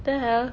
the hell